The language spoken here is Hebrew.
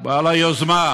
בעל היוזמה?